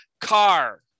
Car